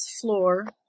floor